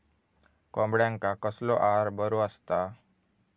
कोंबड्यांका कसलो आहार बरो असता?